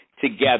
together